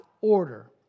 order